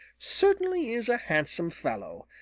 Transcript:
certainly is a handsome fellow,